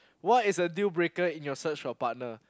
what is a deal breaker in your search a partner